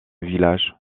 village